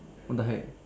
what the heck